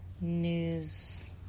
news